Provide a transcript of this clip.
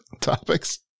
topics